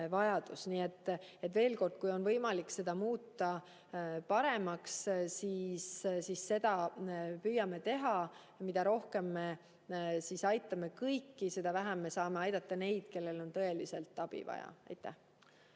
et veel kord: kui on võimalik muuta seda [süsteemi] paremaks, siis seda püüame teha. Mida rohkem me aitame kõiki, seda vähem me saame aidata neid, kellel on tõeliselt abi vaja. Aitäh!